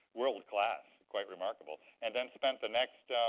world class, quite remarkable. and then spent the next